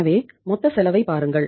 எனவே மொத்த செலவைப் பாருங்கள்